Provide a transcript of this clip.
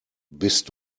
bist